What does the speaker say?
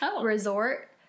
resort